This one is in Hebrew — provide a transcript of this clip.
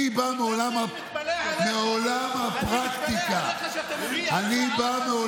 אני בא מעולם הפרקטיקה, אני מתפלא עליך.